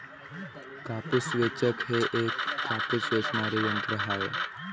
कापूस वेचक हे एक कापूस वेचणारे यंत्र आहे